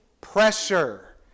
pressure